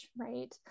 Right